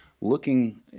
looking